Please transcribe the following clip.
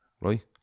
right